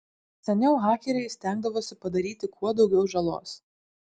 seniau hakeriai stengdavosi padaryti kuo daugiau žalos